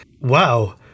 Wow